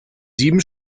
sieben